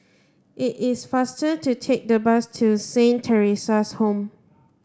it is faster to take the bus to Saint Theresa's Home